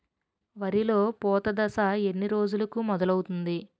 వరిలో పూత దశ ఎన్ని రోజులకు మొదలవుతుంది?